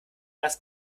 erst